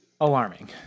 alarming